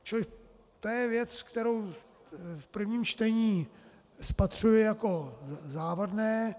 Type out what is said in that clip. Čili to je věc, kterou v prvním čtení spatřuji jako závadnou.